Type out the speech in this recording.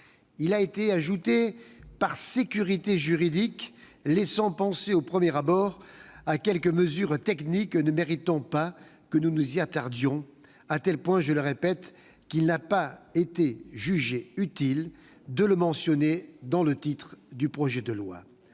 Il a été ajouté par souci de sécurité juridique, laissant penser, au premier abord, à quelques mesures techniques ne méritant pas que nous nous y attardions, à tel point qu'il n'a pas été jugé utile de le mentionner dans le titre du projet de loi.